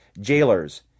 jailers